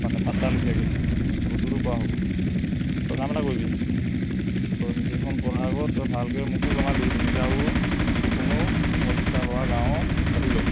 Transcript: মানে লিখীয়াকৈ সেই বস্তুটো কৰা হ'ব তই কাম এটা কৰিবি তই মিটিংখন কৰাৰ আগত তই ভালকৈ মোকতো জনালি তেনেকৈ আৰু খুব কমেও পোন্ধৰ বিছটা ল'ৰা গাঁৱৰ পাতি ল